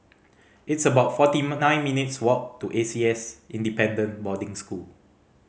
it's about forty nine minutes' walk to A C S Independent Boarding School